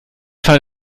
fand